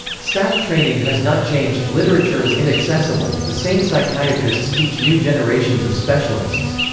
staff training has not changed, literature is inaccessible, the same psychiatrists teach new generations of specialists.